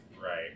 Right